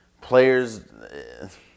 Players